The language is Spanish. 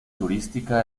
turística